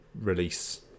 release